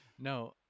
No